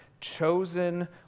chosen